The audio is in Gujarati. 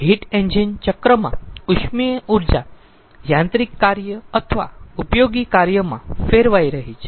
તેથી હીટ એન્જિન ચક્રમાં ઉષ્મીય ઊર્જા યાંત્રિક કાર્ય અથવા ઉપયોગી કાર્યમાં ફેરવાઈ રહી છે